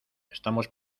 estamos